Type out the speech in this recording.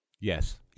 Yes